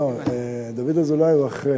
לא, דוד אזולאי הוא אחרי.